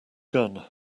gun